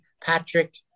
Patrick